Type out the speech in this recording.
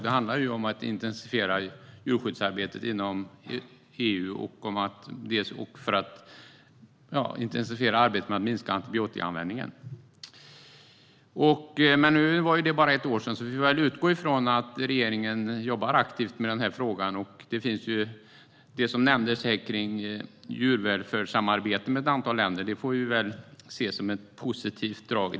Det handlar om att intensifiera djurskyddsarbetet inom EU och om arbetet med att minska antibiotikaanvändningen. Men det var bara ett år sedan tillkännagivandena lämnades. Vi får utgå från att regeringen jobbar aktivt med frågorna. Det som nämndes om djurvälfärdssamarbete med ett antal länder får vi se som ett positivt drag.